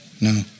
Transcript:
No